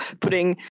putting